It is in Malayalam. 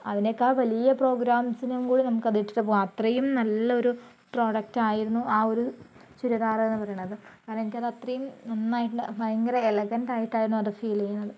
അതിനേക്കാൾ വലിയ പ്രോഗ്രാംസ് കൂടെ അത് ഇട്ടിട്ട് പോകാം അത്രേം നല്ലൊരു പ്രോഡക്റ്റായിരുന്നു ആ ഒരു ചുരിദാർ എന്ന് പറയണത് കാരണം എനിക്ക് അത് അത്രയും നന്നായിട്ട് ഭയങ്കര എലഗൻറ്റായിട്ടായിരുന്നു അത് ഫീൽ ചെയ്യുന്നത്